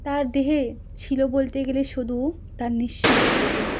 তার দেহে ছিল বলতে গেলে শুধু তার নিঃশ্বাসটুকু